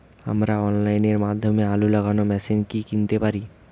আমরা অনলাইনের মাধ্যমে আলু লাগানো মেশিন কি কিনতে পারি?